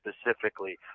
specifically